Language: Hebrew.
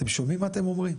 אתם שומעים מה אתם אומרים?